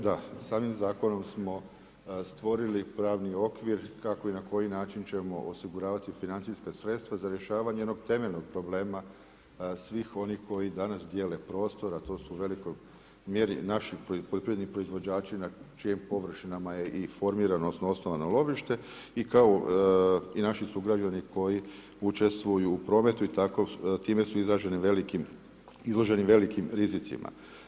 Da, samim zakonom smo stvorili pravni okvir kako i na koji način ćemo osiguravati financijska sredstva za rješavanje jednog temeljnog problema svih onih koji danas dijele prostor a to su u velikoj mjeri naši poljoprivredni proizvođači na čijim površinama je i formirano odnosno osnovano lovište i kao i naši sugrađani koji učestvuju u prometu i tako time su izloženi velikim rizicima.